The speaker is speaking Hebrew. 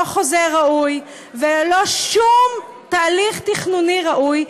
חוזה ראוי וללא שום תהליך תכנוני ראוי.